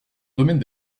domaine